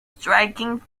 striking